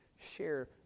share